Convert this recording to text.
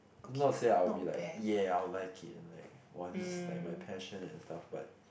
that's not say I'll be like ya I will like it and like !wah! this is like my passion and stuff but